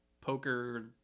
poker